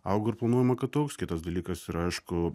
auga ir planuojama kad augs kitas dalykas yra aišku